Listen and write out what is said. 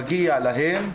מגיע להן,